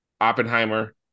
Oppenheimer